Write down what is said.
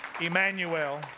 Emmanuel